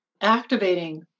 activating